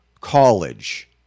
college